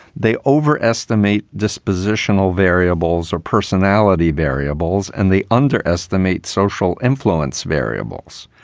they overestimate dispositional variables or personality variables and they underestimate social influence variables.